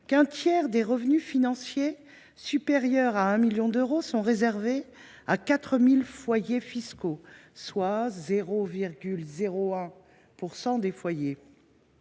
qu’un tiers des revenus financiers supérieurs à 1 million d’euros sont réservés à 4 000 foyers fiscaux, soit 0,01 % d’entre eux.